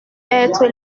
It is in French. être